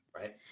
Right